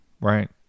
Right